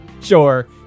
Sure